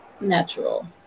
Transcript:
natural